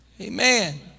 Amen